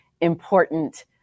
important